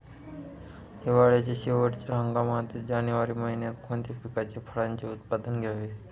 हिवाळ्याच्या शेवटच्या हंगामातील जानेवारी महिन्यात कोणत्या पिकाचे, फळांचे उत्पादन घ्यावे?